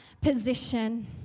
position